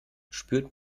spürt